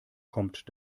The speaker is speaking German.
kommt